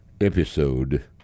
episode